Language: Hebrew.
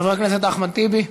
חבר הכנסת אחמד טיבי,